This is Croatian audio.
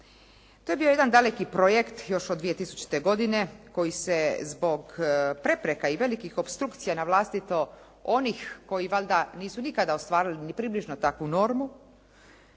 To je bio jedan daleki projekt još od 2000. godine koji se zbog prepreka i velikih opstrukcija na vlastito onih koji valjda nisu nikada ostvarili ni približno takvu normu